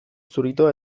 zuritoa